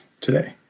today